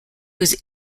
was